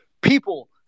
people